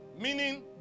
Meaning